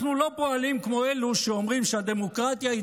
אנחנו לא פועלים כמו אלו שאומרים שהדמוקרטיה היא